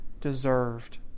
deserved